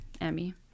Emmy